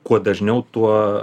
kuo dažniau tuo